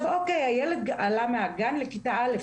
הילד עלה מהגן לכיתה א',